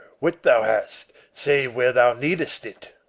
wit thou hast, save where thou needest it!